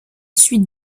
suite